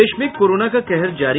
प्रदेश में कोरोना का कहर जारी